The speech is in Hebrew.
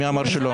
מי אמר שלא?